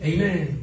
Amen